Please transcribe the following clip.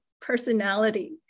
personality